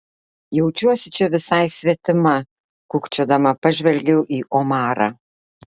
jaučiuosi čia visai svetima kukčiodama pažvelgiau į omarą